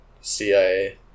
CIA